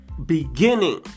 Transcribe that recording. Beginning